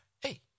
Hey